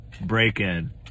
break-in